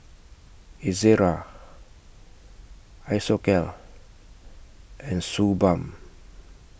Ezerra Isocal and Suu Balm